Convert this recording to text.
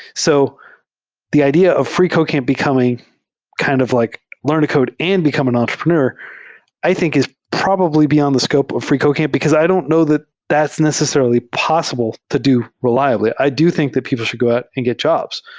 so the idea of freecodecamp becoming kind of like learn to code and become an entrepreneur i think is probably beyond the scope of freecodecamp, because i don't know the that's necessarily possible to do re liab ly. i do think that people should go out and get jobs.